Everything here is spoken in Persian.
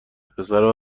پسر